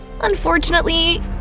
Unfortunately